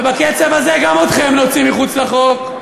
ובקצב הזה גם אתכם נוציא מחוץ לחוק.